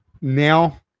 now